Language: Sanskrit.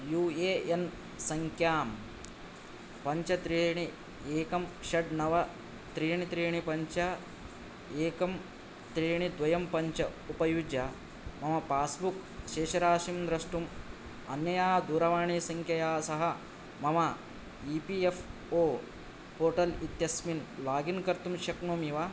यु ये यन् संख्यां पञ्च त्रीणि एकं षट् नव त्रीणि त्रीणि पञ्च एकं त्रीणि द्वयं पञ्च उपयुज्य मम पास्बुक् शेषराशिं द्रष्टुम् अनया दूरवाणीसंख्यया सह मम E P F O portal इत्यस्मिन् लोगिन् कर्तुं शक्नोमि वा